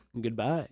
goodbye